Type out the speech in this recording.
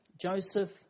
Joseph